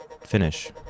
finish